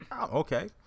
Okay